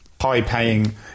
high-paying